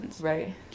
Right